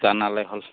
জনালেই হ'ল